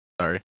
Sorry